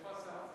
איפה השר?